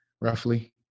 roughly